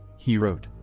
he wrote,